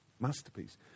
masterpiece